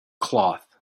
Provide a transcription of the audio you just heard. cloth